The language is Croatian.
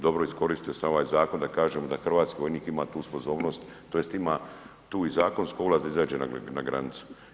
Dobro, iskoristio sam ovaj zakon da kažem da hrvatski vojnik ima tu sposobnost, tj. ima tu zakonsku ovlast da izađe na granicu.